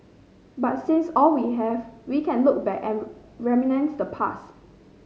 but since all we have we can look back and reminisce the past